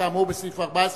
כאמור בסעיף 14